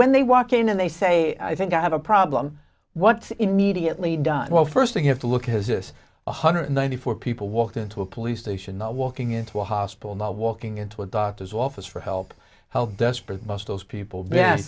when they walk in and they say i think i have a problem what immediately done well first thing you have to look at is this one hundred ninety four people walked into a police station not walking into a hospital not walking into a doctor's office for help how desperate must those people